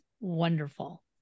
wonderful